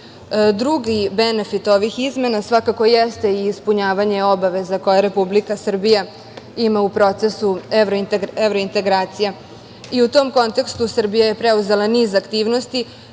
način. Drugi benefit ovih izmena svakako jeste ispunjavanje obaveza koje Republika Srbija ima u procesu evrointegracija i u tom kontekstu Srbija je preuzela niz aktivnosti,